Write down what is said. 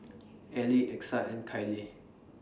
Elie Exa and Kyleigh